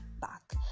back